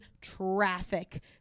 traffic